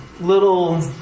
little